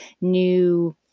new